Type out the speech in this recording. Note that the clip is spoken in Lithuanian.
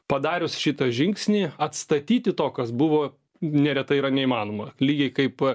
padarius šitą žingsnį atstatyti to kas buvo neretai yra neįmanoma lygiai kaip